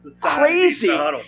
crazy